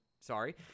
Sorry